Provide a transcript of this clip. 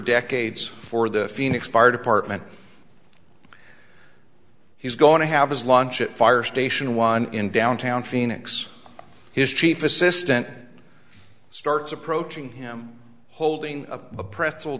decades for the phoenix fire department he's going to have his lunch at fire station one in downtown phoenix his chief assistant starts approaching him holding a pretzel